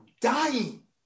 dying